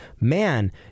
man